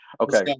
Okay